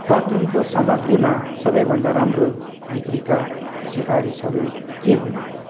बाथरुमको सामग्रीमा सबै भन्दा राम्रो बिक्रीका सिफारिसहरू के हुन्